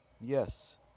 Yes